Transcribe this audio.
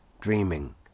dreaming